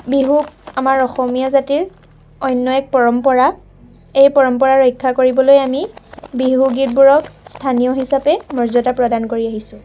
বিহুক আমাৰ অসমীয়া জাতিৰ অন্য এক পৰম্পৰা এই পৰম্পৰা ৰক্ষা কৰিবলৈ আমি বিহু গীতবোৰত স্থানীয় হিচাপে মৰ্যাদা প্ৰদান কৰি আহিছোঁ